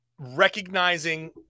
recognizing